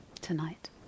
tonight